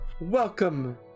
welcome